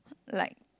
like